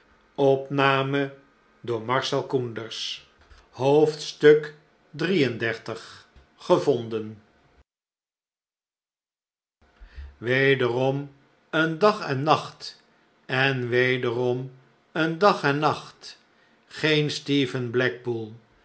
xxxiii gevonden wederom een dag en nacht en wederom een dag en nacht geen stephen blackpool